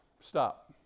stop